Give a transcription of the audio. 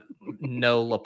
no